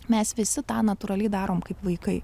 mes visi tą natūraliai darom kaip vaikai